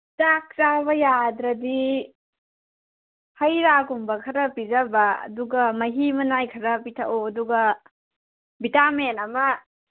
ꯆꯥꯛ ꯆꯥꯕ ꯌꯥꯗ꯭ꯔꯗꯤ ꯍꯩꯔꯥꯒꯨꯝꯕ ꯈꯔ ꯄꯤꯖꯕ ꯑꯗꯨꯒ ꯃꯍꯤ ꯃꯅꯥꯏ ꯈꯔ ꯄꯤꯊꯛꯎ ꯑꯗꯨꯒ ꯚꯤꯇꯥꯃꯦꯟ ꯑꯃ